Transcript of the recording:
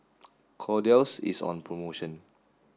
Kordel's is on promotion